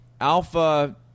alpha